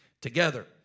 together